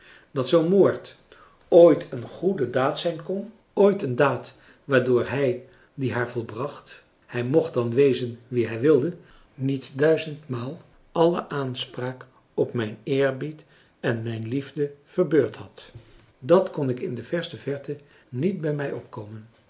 dat zoo'n moord ooit een goede daad zijn kon ooit een daad waardoor hij die haar volbracht hij mocht dan wezen wie hij wilde niet duizendmaal alle aanspraak op mijn eerbied en mijn liefde verbeurd had dat kon in de verste verte niet bij mij opkomen